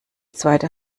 zweite